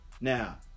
Now